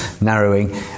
narrowing